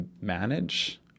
manage